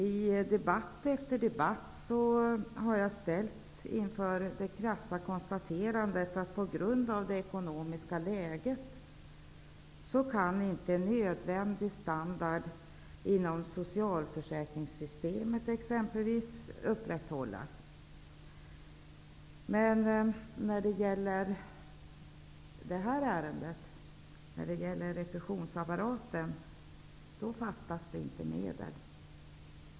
I debatt efter debatt har jag ställts inför det krassa konstaterandet att en nödvändig standard inom socialförsäkringssystemet exempelvis inte kan upprätthållas på grund av det ekonomiska läget. Men när det gäller detta ärende, alltså repressionsapparaten, fattas det inte medel.